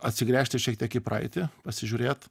atsigręžti šiek tiek į praeitį pasižiūrėt